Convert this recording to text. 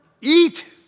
eat